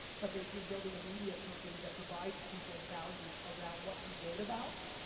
but that you're building a media company that provides people value around what you wrote about,